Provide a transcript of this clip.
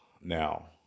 now